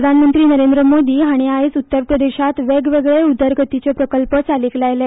प्रधानमंत्री नरेंद्र मोदी हांणी आयज उत्तर प्रदेशांत वेगवेगळे उदरगतीचे प्रकल्ब चालीक लायले